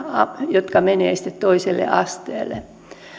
jotka menevät sitten toiselle asteelle pääsisivät lähiopetukseen